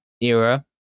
era